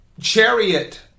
chariot